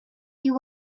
you